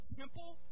temple